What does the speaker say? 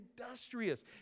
Industrious